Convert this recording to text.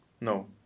No